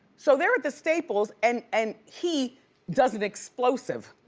so they're at the staples and and he does an explosive.